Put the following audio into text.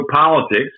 politics